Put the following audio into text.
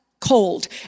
cold